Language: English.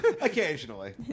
Occasionally